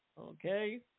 Okay